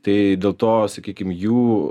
tai dėl to sakykim jų